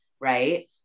right